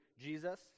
Jesus